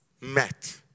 met